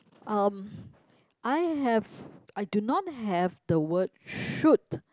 um I have I do not have the word should